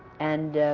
and